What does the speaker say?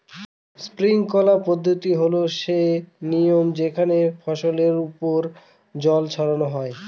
sprinkler পদ্ধতি হল সে নিয়ম যেখানে ফসলের ওপর জল ছড়ানো হয়